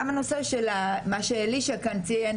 גם הנושא שאלישע ציין,